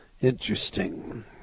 interesting